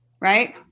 Right